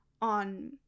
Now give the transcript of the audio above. on